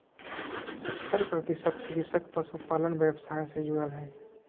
सत्तर प्रतिशत कृषक पशुपालन व्यवसाय से जुरल हइ